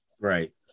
Right